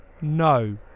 No